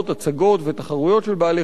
הצגות ותחרויות של בעלי-חיים,